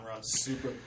super